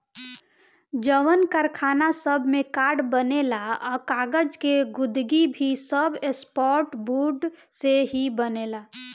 जवन कारखाना सब में कार्ड बनेला आ कागज़ के गुदगी भी सब सॉफ्टवुड से ही बनेला